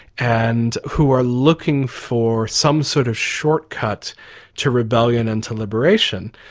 and who are looking for some sort of shortcut to rebellion and to liberation.